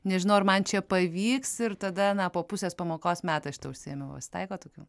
nežinau ar man čia pavyks ir tada na po pusės pamokos meta šitą užsiėmimą pasitaiko tokių